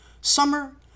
Summer